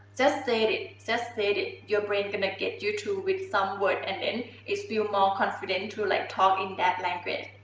just said it, just said it. your brain gonna get you to with some word and then it's feel more confident and to like talk in that language.